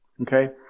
Okay